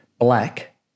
black